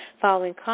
following